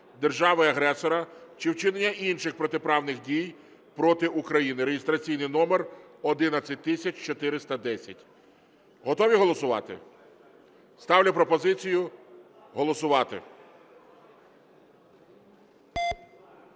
держави-агресора чи вчинення інших протиправних дій проти України (реєстраційний номер 11410). Готові голосувати? Ставлю пропозицію голосувати.